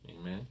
Amen